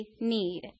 need